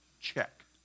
Check